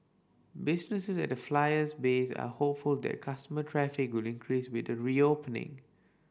businesses at the Flyer's base are hopeful that customer traffic will increase with the reopening